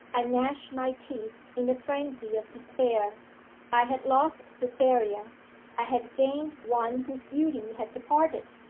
i gnashed my teeth in a frenzy of despair i had lost cytherea i had gained one whose beauty had departed,